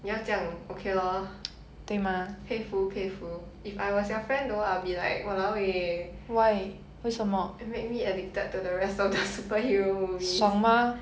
你要这样 okay lor 佩服佩服 if I was your friend though I'll be like !walao! eh make me addicted to the rest of the superhero movies